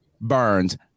Burns